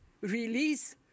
release